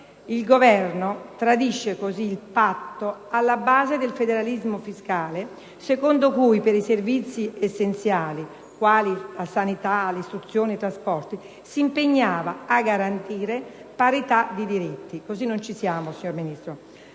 Il Governo tradisce così il patto alla base del federalismo fiscale secondo cui, per i servizi essenziali, quali sanità, istruzione e trasporti, si impegnava a garantire parità di diritti: signor Sottosegretario,